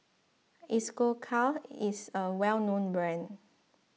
Isocal is a well known brand